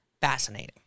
fascinating